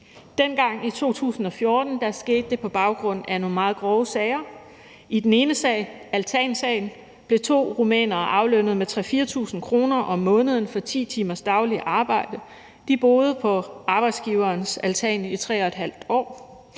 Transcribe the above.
Dengang i 2014 skete det på baggrund af nogle meget grove sager. I den ene sag, altansagen, blev to rumænere aflønnet med 3.000-4.000 kr. om måneden for 10 timers dagligt arbejde. De boede på arbejdsgiverens altan i 3½ år.